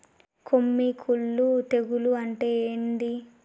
కొమ్మి కుల్లు తెగులు అంటే ఏంది?